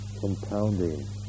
compounding